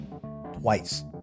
twice